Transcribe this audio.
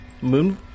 moon